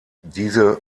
diese